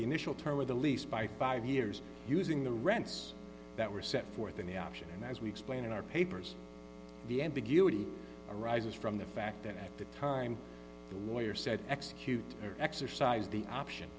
initial term of the lease by five years using the rents that were set forth in the option and as we explained in our papers the ambiguity arises from the fact that at the time the lawyer said execute exercise the option